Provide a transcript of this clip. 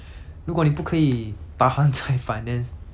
如果你不可以 tahan 在 finance